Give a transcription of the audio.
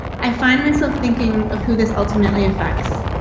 i find myself thinking of who this ultimately effects.